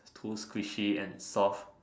too squishy and soft